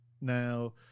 Now